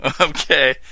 Okay